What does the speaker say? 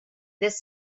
this